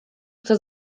kto